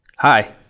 Hi